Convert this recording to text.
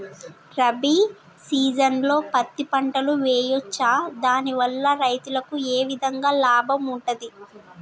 రబీ సీజన్లో పత్తి పంటలు వేయచ్చా దాని వల్ల రైతులకు ఏ విధంగా లాభం ఉంటది?